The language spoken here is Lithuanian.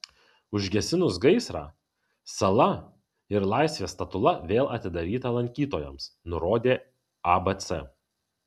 užgesinus gaisrą sala ir laisvės statula vėl atidaryta lankytojams nurodė abc